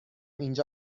اینجا